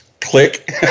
click